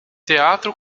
teatro